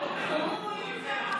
והוא יותר,